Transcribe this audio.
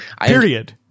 Period